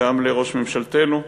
גם לראש ממשלתנו,